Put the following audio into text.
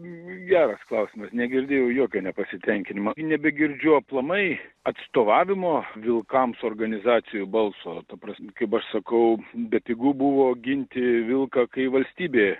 geras klausimas negirdėjau jokio nepasitenkinimo ir nebegirdžiu aplamai atstovavimo vilkams organizacijų balso ta prasm kaip aš sakau bepigu buvo ginti vilką kai valstybė